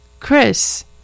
chris